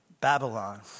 Babylon